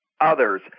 others